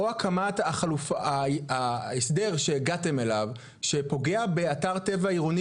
או הקמת ההסדר שהגעתם אליו שפוגע באתר טבע עירוני